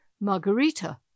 Margarita